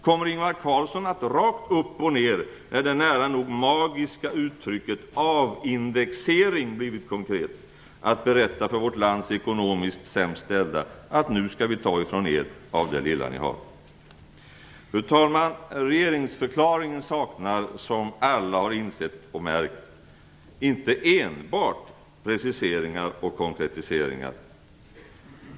Kommer Ingvar Carlsson att rakt upp och ner, när det nära nog magiska uttrycket "avindexering" blivit konkret, att berätta för vårt lands ekonomiskt sämst ställda: Nu skall vi ta ifrån er av det lilla ni har? Fru talman! Som alla har insett och märkt saknar regeringsförklaringen inte enbart preciseringar och konkretiseringar.